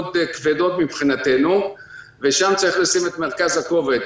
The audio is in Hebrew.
כבדות מבחינתנו ושם צריך לשים את מרכז הכובד.